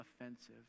offensive